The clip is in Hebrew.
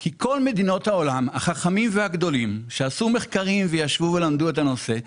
כי כל מדינות העולם שעשו מחקרים ולמדו את הנושא,